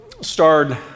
starred